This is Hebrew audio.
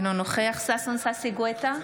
אינו נוכח ששון ששי גואטה,